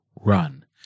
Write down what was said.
run